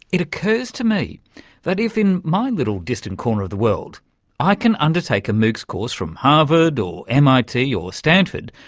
it occurs to me that if in my little distant corner of the world i can undertake a moocs course from harvard or mit or stanford,